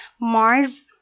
Mars